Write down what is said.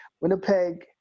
winnipeg